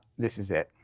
this is it.